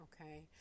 okay